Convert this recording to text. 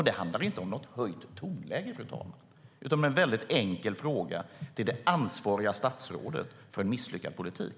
Det handlar inte om något höjt tonläge utan om en väldigt enkel fråga till det statsråd som är ansvarigt för en misslyckad politik.